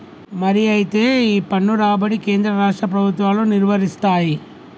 మరి అయితే ఈ పన్ను రాబడి కేంద్ర రాష్ట్ర ప్రభుత్వాలు నిర్వరిస్తాయి